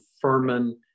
Furman